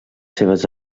seves